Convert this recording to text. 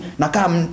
nakam